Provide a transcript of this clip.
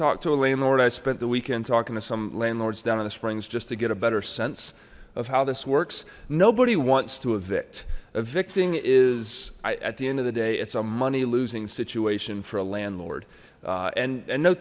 talked to a landlord i spent the weekend talking to some landlords down on the springs just to get a better sense of how this works nobody wants to a vit evicting is at the end of the day it's a money losing situation for a landlord and and no